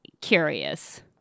curious